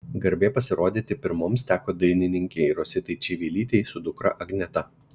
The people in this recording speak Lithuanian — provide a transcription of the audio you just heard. garbė pasirodyti pirmoms teko dainininkei rositai čivilytei su dukra agneta